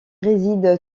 réside